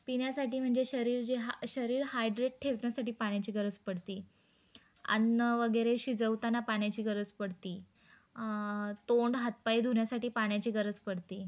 पिण्यासाठी म्हणजे शरीर जी हा शरीर हायड्रेट ठेवण्या्साठी पाण्या्ची गरज पडते अन्न वगैरे शिजवताना पाण्याची गरज पडती तोंड हातपाय धुण्यासाठी पाण्याची गरज पडते